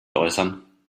äußern